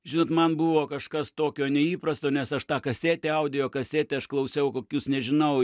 žinot man buvo kažkas tokio neįprasto nes aš tą kasetę audio kasetę išklausiau kokius nežinau